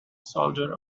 soldier